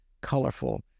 colorful